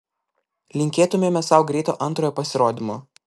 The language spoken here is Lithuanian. linkėtumėme sau greito antrojo pasirodymo